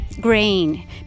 grain